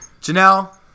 Janelle